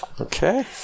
Okay